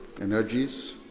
energies